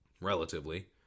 relatively